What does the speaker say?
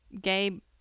Gabe